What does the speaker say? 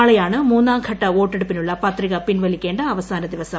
നാളെയാണ് മൂന്നാംഘട്ട വോട്ടെടുപ്പിനുള്ള പത്രിക പിൻവലിക്കേണ്ട അവസാന ദിവസം